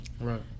Right